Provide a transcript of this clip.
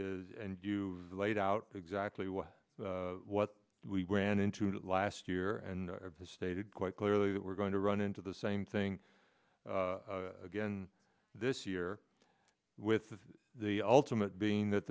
is and you laid out exactly what what we ran into last year and the stated quite clearly that we're going to run into the same thing again this year with the ultimate being that